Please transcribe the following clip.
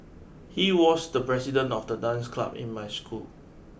he was the president of the dance club in my school